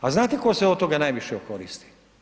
A znate tko se od toga najviše okoristi?